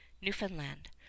newfoundland